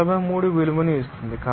43 విలువను ఇస్తుంది